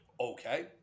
Okay